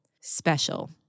Special